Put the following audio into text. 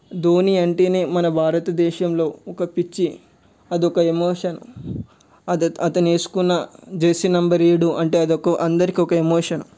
ధోని అంటేనే మన భారతదేశంలో ఒక పిచ్చి అది ఒక ఎమోషన్ అతను వేసుకున్న జెర్సీ నంబర్ ఏడు అంటే అదొక అందరికీ ఒక ఎమోషన్